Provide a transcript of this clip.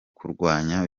kurwanya